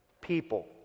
people